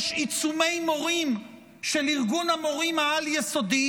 יש עיצומי מורים של ארגון המורים העל-יסודי?